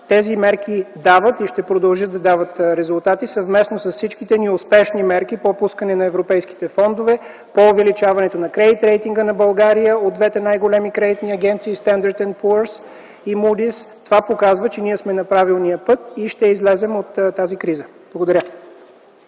Тези мерки дават и ще продължат да дават резултати съвместно с всичките ни успешни мерки по пускане на европейските фондове, по увеличаването на кредитния рейтинг на България от двете най-големи кредитни агенции – „Стандарт енд Пуърс” и „Мудис”. Това показва, че ние сме на правилния път и ще излезем от тази криза. Благодаря.